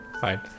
fine